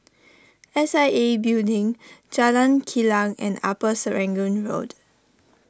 S I A Building Jalan Kilang and Upper Serangoon Road